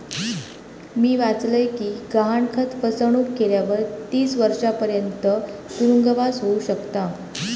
मी वाचलय कि गहाणखत फसवणुक केल्यावर तीस वर्षांपर्यंत तुरुंगवास होउ शकता